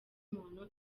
muntu